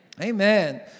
Amen